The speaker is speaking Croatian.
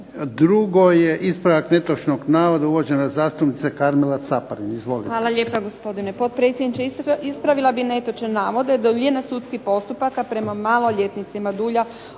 Drugo je ispravak navoda uvažena zastupnica Karmela CAparin. **Caparin, Karmela (HDZ)** Hvala lijepa gospodine potpredsjedniče, ispravila bih netočan navod da je duljina sudskih postupaka prema maloljetnicima dulja